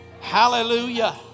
hallelujah